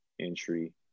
entry